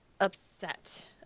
upset